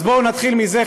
אז בואו נתחיל מזה,